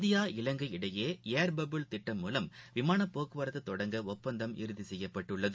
India Ilangai இடையே air bubble திட்டம் மூலம் விமானப் போக்குவரத்துதொடங்க ஒப்பந்தம் இறுதிசெய்யப்பட்டுள்ளது